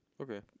Okay